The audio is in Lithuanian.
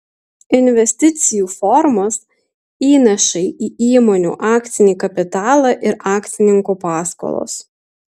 investicijų formos įnašai į įmonių akcinį kapitalą ir akcininkų paskolos